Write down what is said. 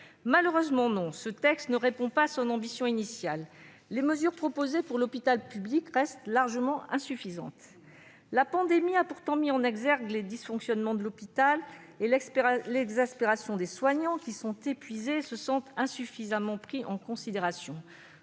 Malheureusement non. Ce texte ne répond pas à son ambition initiale, et les mesures proposées pour l'hôpital public restent largement insuffisantes. La pandémie a pourtant mis en exergue les dysfonctionnements de l'hôpital et l'exaspération des soignants, qui sont épuisés et se sentent insuffisamment pris en considération.